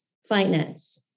Finance